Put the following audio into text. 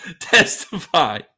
Testify